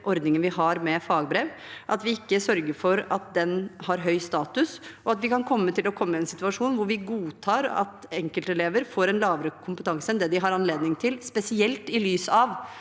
ordningen vi har med fagbrev – at vi ikke sørger for at den har høy status, og at vi kan komme i en situasjon hvor vi godtar at enkeltelever får en lavere kompetanse enn det de har anledning til, spesielt i lys av